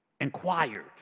inquired